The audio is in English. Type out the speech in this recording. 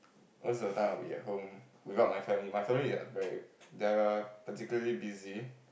most of the time I will be at home without my family my family is very they are particularly busy